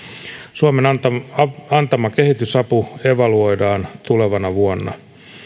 suomen antama antama kehitysapu evaluoidaan tulevana vuonna